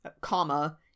comma